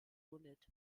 unit